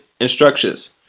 instructions